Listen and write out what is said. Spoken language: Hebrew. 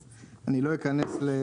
אז אני לא אכנס להכל.